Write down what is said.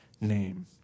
name